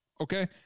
Okay